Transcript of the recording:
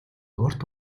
урт